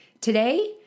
Today